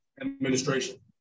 administration